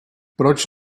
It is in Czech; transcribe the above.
proč